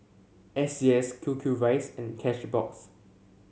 S C S Q Q rice and Cashbox